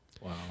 Wow